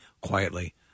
quietly –